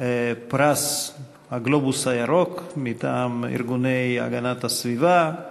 פרס "הגלובוס הירוק" מטעם ארגוני הגנת הסביבה,